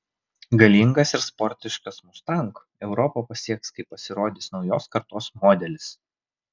galingas ir sportiškas mustang europą pasieks kai pasirodys naujos kartos modelis